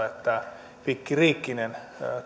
että pikkiriikkinen